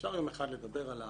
אפשר יום אחד לדבר על השאלה,